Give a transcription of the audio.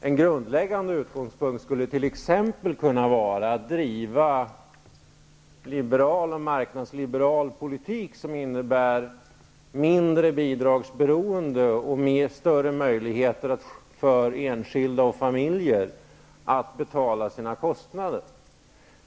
En grundläggande utgångspunkt skulle t.ex. kunna vara att driva en liberal och marknadsliberal politik, som innebär mindre bidragsberoende och större möjligheter för enskilda och familjer att betala sina kostnader.